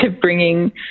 bringing